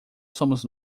somos